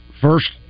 First